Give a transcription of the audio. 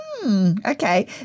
Okay